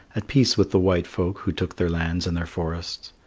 at peace with the white folk who took their lands and their forests.